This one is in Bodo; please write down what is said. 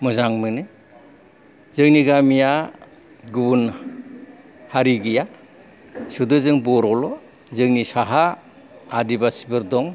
मोजां मोनो जोंनि गामिया गुबुन हारि गैया सुद जों बर'ल'जोंनि साहा आदिबासिफोर दं